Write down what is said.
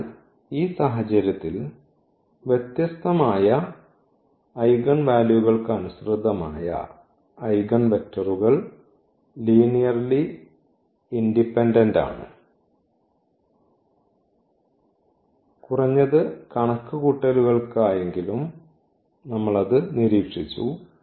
അതിനാൽ ഈ സാഹചര്യത്തിൽ വ്യത്യസ്തമായ ഐഗൺ വാല്യൂകൾക്കനുസൃതമായ ഐഗൺവെക്റ്ററുകൾ ലീനിയർലി ഇൻഡിപെൻഡന്റ് ആണ് കുറഞ്ഞത് കണക്കുകൂട്ടലുകൾക്കായി എങ്കിലും നമ്മൾ അത് നിരീക്ഷിച്ചു